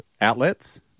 outlets